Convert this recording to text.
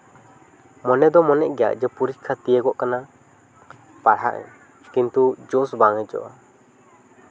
ᱢᱚᱱᱮ ᱫᱚ ᱢᱚᱱᱮᱜ ᱜᱮᱭᱟ ᱡᱮ ᱯᱚᱨᱤᱠᱠᱷᱟ ᱛᱤᱭᱳᱜᱚᱜ ᱠᱟᱱᱟ ᱯᱟᱲᱦᱟᱜ ᱟᱹᱧ ᱠᱤᱱᱛᱩ ᱡᱳᱥ ᱵᱟᱝ ᱦᱤᱡᱩᱜᱼᱟ